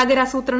നഗരാസൂത്രണം